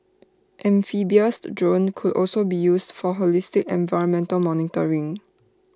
amphibious drones could also be used for holistic environmental monitoring